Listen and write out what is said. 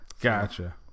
Gotcha